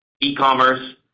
E-commerce